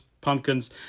pumpkins